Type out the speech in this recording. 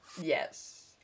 Yes